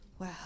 Wow